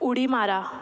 उडी मारा